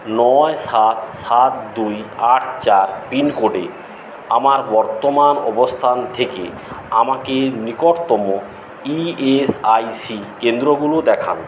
নয় সাত সাত দুই আট চার পিন কোডে আমার বর্তমান অবস্থান থেকে আমাকে নিকটতম ইএসআইসি কেন্দ্রগুলো দেখান